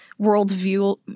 worldview